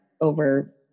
over